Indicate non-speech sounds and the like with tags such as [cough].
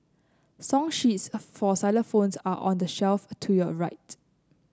song sheets [unintelligible] for xylophones are on the shelf to your right